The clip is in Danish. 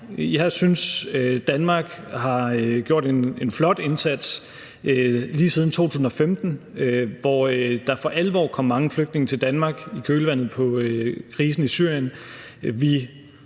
jeg synes, Danmark har gjort en flot indsats lige siden 2015, hvor der for alvor kom mange flygtninge til Danmark i kølvandet på krisen i Syrien.